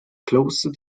closer